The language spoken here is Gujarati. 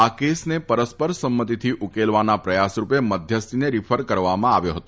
આ કેસને પરસ્પર સંમતીથી ઉકેલવાના પ્રયાસ માટે મધ્યસ્થીને રીફર કરવામાં આવ્યો ફતો